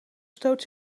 stoot